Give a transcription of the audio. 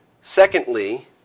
Secondly